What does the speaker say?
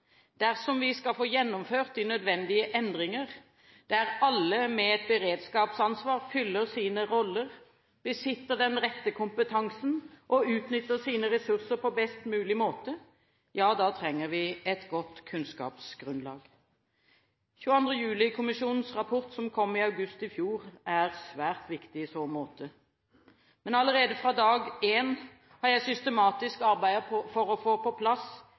Dersom vi skal få gjennomført de nødvendige endringer, der alle med et beredskapsansvar fyller sin rolle, besitter den rette kompetansen og utnytter sine ressurser på best mulig måte, trenger vi et godt kunnskapsgrunnlag. 22. juli-kommisjonens rapport, som kom i august i fjor, er svært viktig i så måte. Men allerede fra dag én har jeg systematisk arbeidet for å få på plass